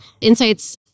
insights